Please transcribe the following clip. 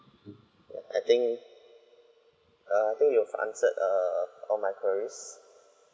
I think err I think you've answered err all my queries